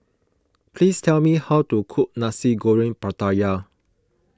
please tell me how to cook Nasi Goreng Pattaya